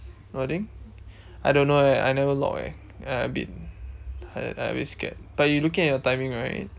what thing I don't know leh I never lock eh I a bit I I a bit scared but you looking at your timing right